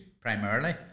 primarily